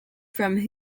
from